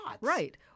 Right